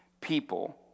people